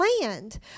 land